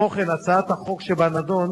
כמו כן, הצעת החוק שבנדון